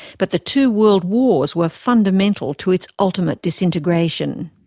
but the two world wars were fundamental to its ultimate disintegration.